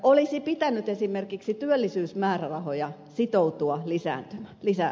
olisi pitänyt esimerkiksi työllisyysmäärärahoja sitoutua lisäämään